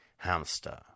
hamster